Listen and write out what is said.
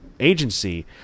agency